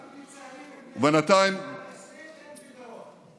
רק לצערי לסטודנטים אין פתרון,